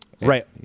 Right